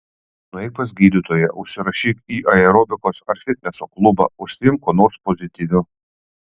nueik pas gydytoją užsirašyk į aerobikos ar fitneso klubą užsiimk kuo nors pozityviu